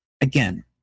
again